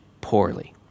poorly